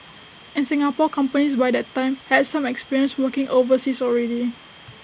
and Singapore companies by that time had some experience working overseas already